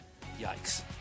Yikes